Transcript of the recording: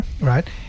Right